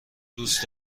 دوست